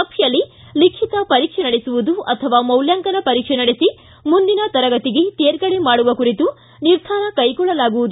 ಸಭೆಯಲ್ಲಿ ಲಿಖಿತ ಪರೀಕ್ಷೆ ನಡೆಸುವುದು ಅಥವಾ ಮೌಲ್ಯಾಂಕನ ಪರೀಕ್ಷೆ ನಡೆಸಿ ಮುಂದಿನ ತರಗತಿಗೆ ತೇರ್ಗಡೆ ಮಾಡುವ ಕುರಿತು ನಿರ್ಧಾರ ಕೈಗೊಳ್ಳಲಾಗುವುದು